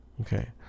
okay